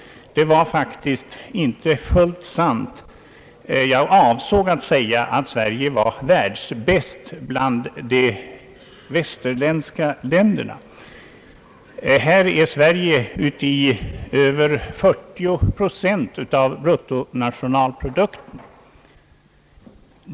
Det var faktiskt inte fullt sant. Jag avsåg att säga att Sverige var »världsbäst bland de västerländska länderna». Här i Sverige gäller det skatt på över 40 procent av bruttonationalprodukten.